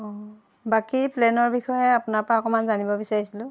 অঁ বাকী প্লেনৰ বিষয়ে আপোনাৰপৰা অকণমান জানিব বিচাৰিছিলোঁ